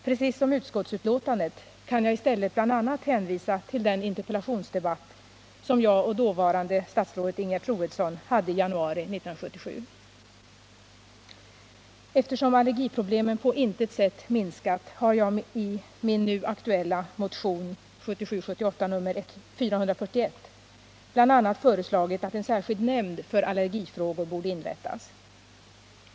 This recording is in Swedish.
Precis som i utskottsbetänkandet kan jag i stället bl.a. hänvisa till den interpellationsdebatt som jag och dåvarande statsrådet Ingegerd Troedsson hade i januari 1977. Eftersom allergiproblemen på intet sätt minskat har jag i min nu aktuella motion, 1977/78:441, bl.a. föreslagit att en särskild nämnd för allergifrågor skall inrättas.